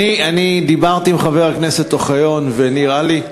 אני דיברתי עם חבר הכנסת אוחיון, ונראה לי,